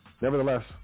nevertheless